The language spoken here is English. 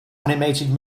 animated